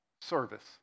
service